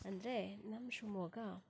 ಅಂದರೆ ನಮ್ಮ ಶಿಮೋಗ